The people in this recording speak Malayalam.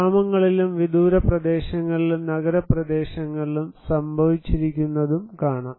ഗ്രാമങ്ങളിലും വിദൂര പ്രദേശങ്ങളിലും നഗരപ്രദേശങ്ങളിലും സംഭവിച്ചിരിക്കുന്നതും കാണാം